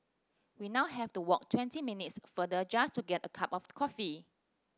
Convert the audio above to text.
we now have to walk twenty minutes farther just to get a cup of coffee